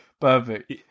Perfect